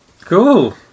Cool